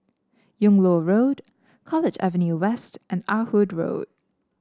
Yung Loh Road College Avenue West and Ah Hood Road